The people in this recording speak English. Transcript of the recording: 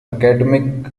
academic